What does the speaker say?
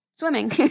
Swimming